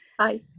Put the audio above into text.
hi